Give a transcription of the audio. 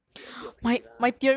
give you a bit of credit lah